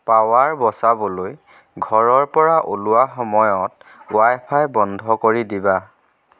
power বচাবলৈ ঘৰৰ পৰা ওলোৱা সময়ত ৱাই ফাই বন্ধ কৰি দিবা